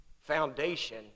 foundation